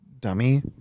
dummy